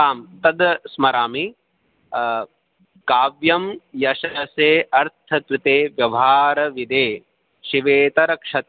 आम् तद् स्मरामि काव्यं यशसे अर्थकृते व्यवहारविदे शिवेतरक्षत्